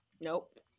Nope